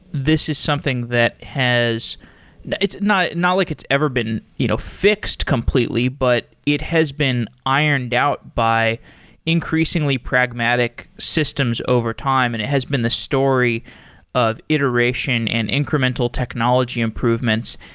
this is something that has it's not not like it's ever been you know fixed completely, but it has been ironed out by increasingly pragmatic systems over time and it has been the story of iteration and incremental technology improvements.